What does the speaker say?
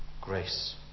Grace